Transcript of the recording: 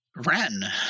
Ren